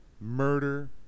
Murder